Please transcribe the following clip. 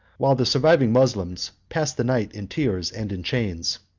while the surviving moslems passed the night in tears and in chains.